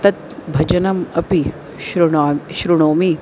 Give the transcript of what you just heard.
तत् भजनम् अपि शृणो शृणोमि